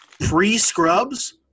pre-scrubs